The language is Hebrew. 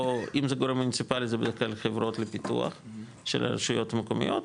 או אם זה גורם מוניציפלי זה בדרך כלל חברות לפיתוח של הרשויות המקומיות,